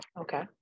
Okay